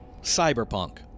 cyberpunk